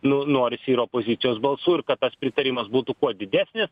nu norisi ir opozicijos balsų ir kad tas pritarimas būtų kuo didesnis